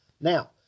Now